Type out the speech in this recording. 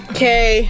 Okay